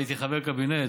כשהייתי חבר קבינט,